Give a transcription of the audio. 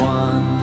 one